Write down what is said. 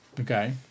Okay